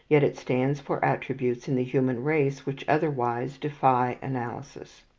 yet it stands for attributes in the human race which otherwise defy analysis.